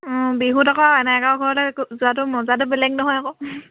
বিহুত আকৌ এনায়েকৰ ঘৰলৈ যোৱাটোৰ মজাটো বেলেগ নহয় আকৌ